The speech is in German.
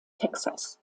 texas